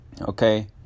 Okay